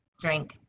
drink